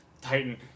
titan